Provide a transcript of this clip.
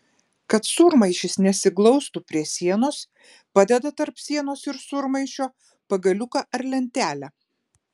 kad sūrmaišis nesiglaustų prie sienos padeda tarp sienos ir sūrmaišio pagaliuką ar lentelę